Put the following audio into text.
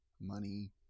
money